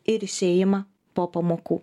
ir išėjimą po pamokų